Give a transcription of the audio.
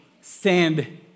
stand